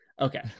Okay